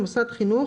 "מוסד חינוך"